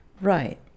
Right